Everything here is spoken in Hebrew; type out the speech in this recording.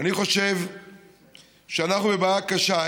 אני חושב שאנחנו בבעיה קשה.